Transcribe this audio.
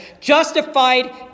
justified